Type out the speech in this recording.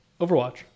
Overwatch